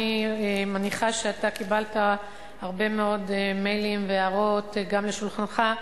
אני מניחה שאתה קיבלת הרבה מאוד מיילים והערות גם לשולחנך,